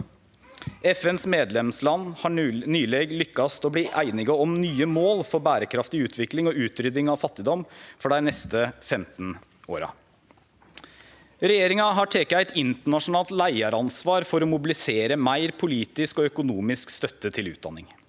Medlemslanda i FN har nyleg lykkast i å bli einige om nye mål for berekraftig utvikling og utrydding av fattigdom for dei neste 15 åra. Regjeringa har teke eit internasjonalt leiaransvar for å mobilisere meir politisk og økonomisk støtte til utdanning.